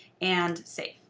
and see.